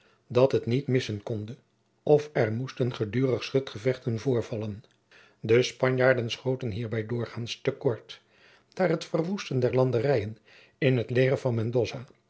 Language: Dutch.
dat het niet missen konde of er moesten gedurig schutgevechten voorvallen de spanjaarden schoten hierbij doorgaans te kort daar het verwoesten der landerijen in het leger van